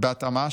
"בהתאמה,